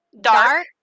Dark